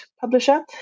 publisher